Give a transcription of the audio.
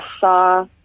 saw